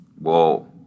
Whoa